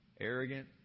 arrogant